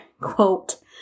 quote